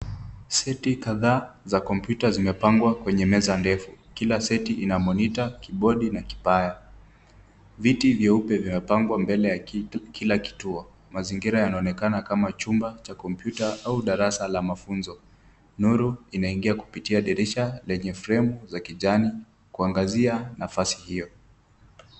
Seti kadhaa za kompyuta zimepangwa kwenye meza ndefu. Kila seti ina monita , kibodi na kipanya. Viti vyeupe vimepangwa mbele ya kila kituo. Mazingira yanaonekana kama chumba cha kompyuta au darasa la mafunzo. Nuru inaingia kupitia dirisha lenye fremu za kijani kuangazia nafasi hiyo.